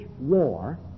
war